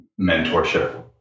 mentorship